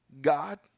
God